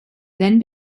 then